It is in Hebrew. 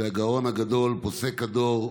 והיא הגאון הגדול, פוסק הדור,